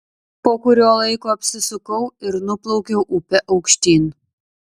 po kurio laiko apsisukau ir nuplaukiau upe aukštyn